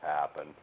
happen